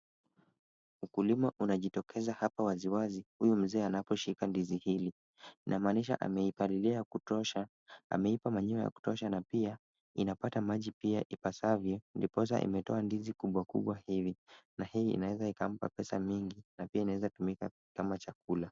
Ukulima unajitokeza hapa waziwazi, huyu mzee anaposhika ndizi hili. Ina maanisha ameipalilia ya kutosha, ameipa manure ya kutosha na pia inapata maji pia ipasavyo, ndiposa imetoa ndizi kubwa kubwa hivi, na hii inaweza ikampa pesa mingi na pia inaweza tumika kama chakula.